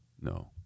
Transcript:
no